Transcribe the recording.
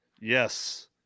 Yes